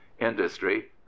industry